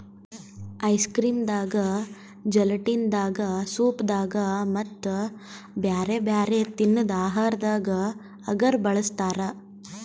ice cream ದಾಗಾ gelatin ದಾಗಾ soup ದಾಗಾ ಮತ್ತ್ ಬ್ಯಾರೆ ಬ್ಯಾರೆ ತಿನ್ನದ್ ಆಹಾರದಾಗ ಅಗರ್ ಬಳಸ್ತಾರಾ